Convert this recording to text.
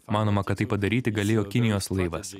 manoma kad tai padaryti galėjo kinijos laivas